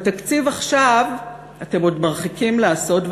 בתקציב עכשיו אתם עוד מרחיקים לעשות,